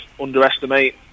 underestimate